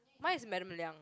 mine is Madam Liang